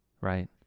right